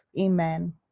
Amen